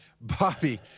Bobby